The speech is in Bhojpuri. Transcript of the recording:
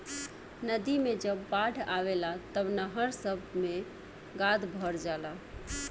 नदी मे जब बाढ़ आवेला तब नहर सभ मे गाद भर जाला